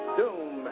doom